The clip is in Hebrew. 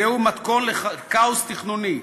"זהו מתכון לכאוס תכנוני,